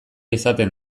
izaten